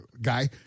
Guy